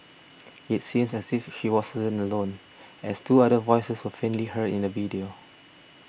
it seems as if she wasn't son alone as two other voices were faintly heard in the video